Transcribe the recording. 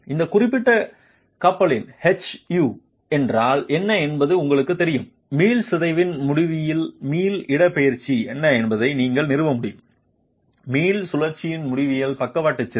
இந்த குறிப்பிட்ட கப்பலின் Hu என்றால் என்ன என்பது உங்களுக்குத் தெரியும் மீள் சிதைவின் முடிவில் மீள் இடப்பெயர்ச்சி என்ன என்பதை நீங்கள் நிறுவ முடியும் மீள் சுழற்சியின் முடிவில் பக்கவாட்டு சிதைவு